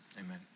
Amen